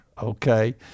Okay